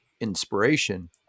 inspiration